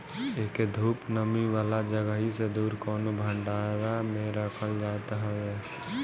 एके धूप, नमी वाला जगही से दूर कवनो भंडारा में रखल जात हवे